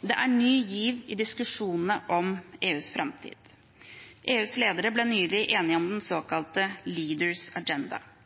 Det er ny giv i diskusjonene om EUs framtid. EUs ledere ble nylig enige om den